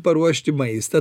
paruošti maistą